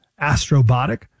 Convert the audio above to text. Astrobotic